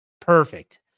Perfect